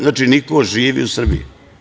Znači, niko živ u Srbiji.